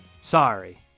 Sorry